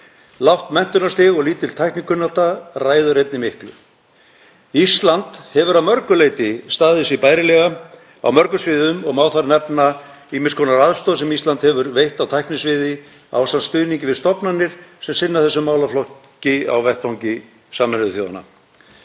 Lágt menntunarstig og lítil tæknikunnátta ræður einnig miklu. Ísland hefur að mörgu leyti staðið sig bærilega á mörgum sviðum. Má þar nefna ýmiss konar aðstoð sem Ísland hefur veitt á tæknisviði, ásamt stuðningi við stofnanir sem sinna þessum málaflokki á vettvangi Sameinuðu þjóðanna.